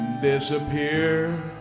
disappear